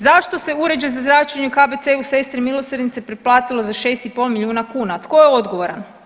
Zašto se uređaj za zračenje u KBC-u Sestre milosrdnice pretplatilo za 6,5 milijuna kuna, tko je odgovoran?